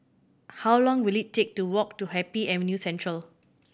how long will it take to walk to Happy Avenue Central